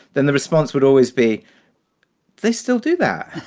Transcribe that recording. then the response would always be they still do that.